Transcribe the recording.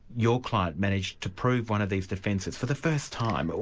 your client managed to prove one of these defences, for the first time. but